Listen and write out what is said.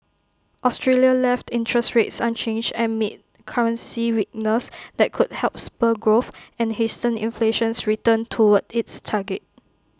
Australia left interest rates unchanged amid currency weakness that could help spur growth and hasten inflation's return toward its target